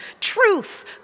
truth